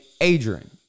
Adrian